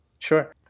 Sure